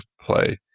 play